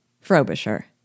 Frobisher